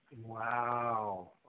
Wow